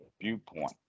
viewpoint